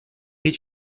est